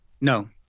No